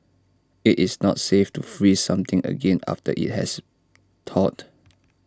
IT is not safe to freeze something again after IT has thawed